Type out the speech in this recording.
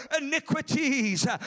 iniquities